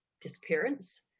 disappearance